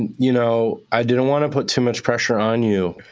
and you know i didn't want to put too much pressure on you.